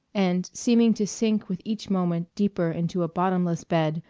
and seeming to sink with each moment deeper into a bottomless bed,